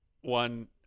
one